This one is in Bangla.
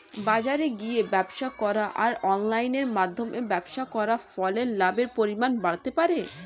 বাজারে গিয়ে ব্যবসা করা আর অনলাইনের মধ্যে ব্যবসা করার ফলে লাভের পরিমাণ বাড়তে পারে?